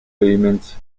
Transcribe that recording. payments